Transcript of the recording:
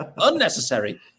Unnecessary